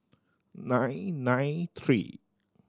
nine nine three